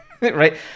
right